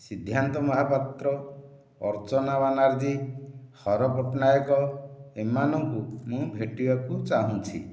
ସିଦ୍ଧାନ୍ତ ମହାପାତ୍ର ଅର୍ଚନା ବାନାର୍ଜୀ ହର ପଟ୍ଟନାୟକ ଏମାନଙ୍କୁ ମୁଁ ଭେଟିବାକୁ ଚାହୁଁଛି